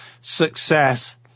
success